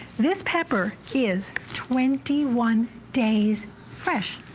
this pepper is twenty one days fresh.